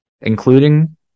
Including